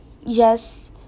yes